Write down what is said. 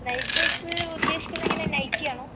night dress ഉദ്ദേശിക്കുന്നത് എങ്ങനെയാണ് നൈറ്റിയാണോ